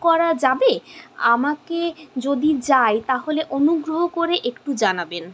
করা যাবে আমাকে যদি যাই তাহলে অনুগ্রহ করে একটু জানাবেন